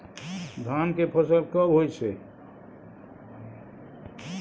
धान के फसल कब होय छै?